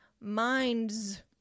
minds